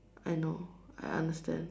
I know I understand